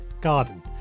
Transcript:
garden